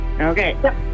Okay